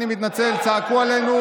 לפחות אל תשקר